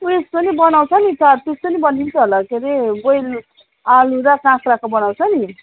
उइस पनि बनाउँछ नि चाट त्यसको नि बनिन्छ होला के रे बोयल आलु र काँक्राको बनाउँछ नि